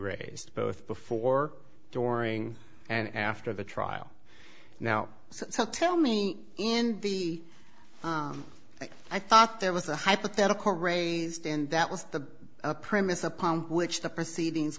raised both before during and after the trial now so tell me in the way i thought there was a hypothetical raised and that was the premise upon which the proceedings